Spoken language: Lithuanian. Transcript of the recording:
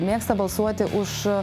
mėgsta balsuoti už